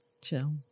Chill